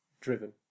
driven